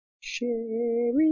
Sherry